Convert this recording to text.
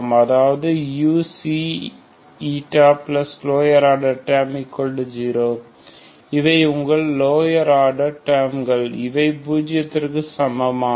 அதாவது uξηlower order terms0 இவை உங்கள் லோயர் ஆர்டர் ட டேர்ம்கள் இவை பூஜ்ஜியத்திற்கு சமமானது